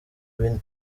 bine